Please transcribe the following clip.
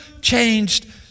changed